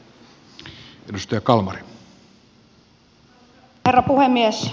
arvoisa herra puhemies